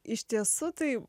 iš tiesų tai